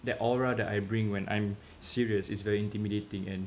that aura that I bring when I'm serious it's very intimidating and